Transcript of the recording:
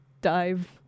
dive